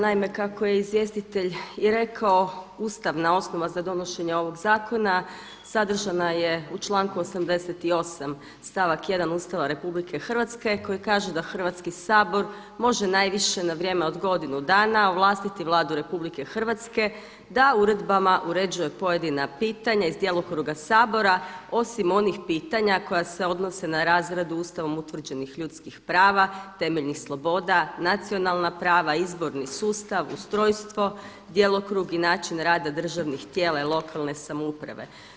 Naime, kako je izvjestitelj i rekao ustavna osnova za donošenja ovog zakona sadržana je u članku 88. stavak 1. Ustava Republike Hrvatske koji kaže da Hrvatski sabor može najviše na vrijeme od godinu dana ovlastiti Vladu Republike Hrvatske da uredbama uređuje pojedina pitanja iz djelokruga Sabora osim onih pitanja koja se odnose na razradu Ustavom utvrđenih ljudskih prava, temeljnih sloboda, nacionalna prava, izborni sustav, ustrojstvo, djelokrug i način rada državnih tijela i lokalne samouprave.